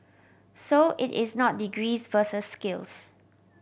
so it is not degrees versus skills